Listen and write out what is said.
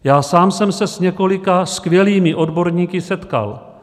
Já sám jsem se s několika skvělými odborníky setkal.